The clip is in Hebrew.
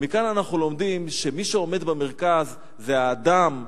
ומכאן אנחנו לומדים שמי שעומד במרכז זה האדם,